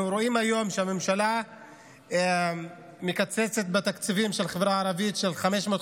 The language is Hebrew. אנחנו רואים היום שהממשלה מקצצת בתקציבים של החברה הערבית של 550,